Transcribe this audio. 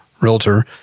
realtor